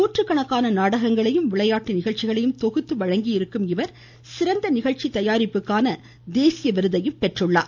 நுாற்றுக்கணக்கான நாடகங்களையும் விளையாட்டு நிகழ்ச்சிகளையும் தொகுத்து வழங்கியிருக்கும் இவர் சிறந்த நிகழ்ச்சி தயாரிப்புக்கான தேசிய விருதையும் பெற்றிருக்கிறார்